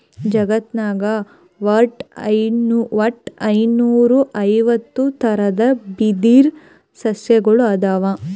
ಜಗತ್ನಾಗ್ ವಟ್ಟ್ ಐದುನೂರಾ ಐವತ್ತ್ ಥರದ್ ಬಿದಿರ್ ಸಸ್ಯಗೊಳ್ ಅವಾ